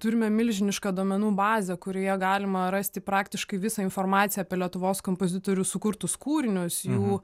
turime milžinišką duomenų bazę kurioje galima rasti praktiškai visą informaciją apie lietuvos kompozitorių sukurtus kūrinius jų